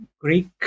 Greek